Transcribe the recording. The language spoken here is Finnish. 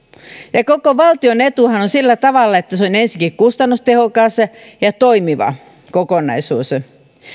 ja koko valtion etuhan on että se on ensinnäkin kustannustehokas ja ja toimiva kokonaisuus